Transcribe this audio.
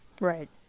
Right